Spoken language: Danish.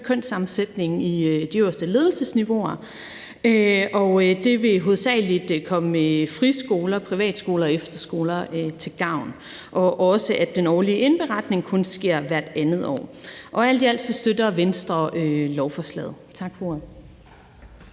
kønssammensætningen i de øverste ledelsesniveauer. Det vil hovedsagelig komme friskoler, privatskoler og efterskoler til gavn. Og den årlige indberetning ændres fra at ske hvert år til kun at ske hvert andet år . Alt i alt støtter Venstre lovforslaget. Tak for ordet.